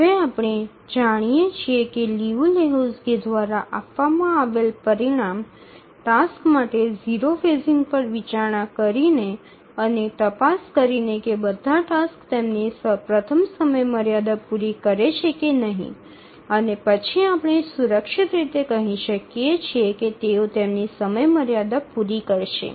હવે આપણે જાણીએ છીએ કે લિયુ લેહોક્ઝકી દ્વારા આપવામાં આવેલ પરિણામ ટાસક્સ માટે 0 ફેઝિંગ પર વિચારણા કરીને અને તપાસ કરીને કે બધા ટાસક્સ તેમની પ્રથમ સમયમર્યાદા પૂરી કરે છે કે નહીં અને પછી આપણે સુરક્ષિત રીતે કહી શકીએ કે તેઓ તેમની સમયમર્યાદા પૂરી કરશે